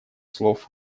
слов